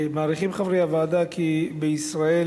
מעריכים חברי הוועדה כי בישראל